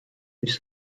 durch